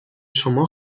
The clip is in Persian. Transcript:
شما